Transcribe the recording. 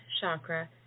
chakra